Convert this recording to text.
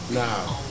now